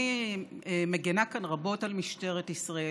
אני מגינה כאן רבות על משטרת ישראל.